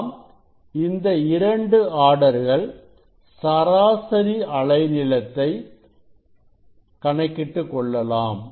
நாம் இந்த இரண்டு ஆர்டர்கள் சராசரி அலை நீளத்தை கணக்கிட்டுக் கொள்ளலாம்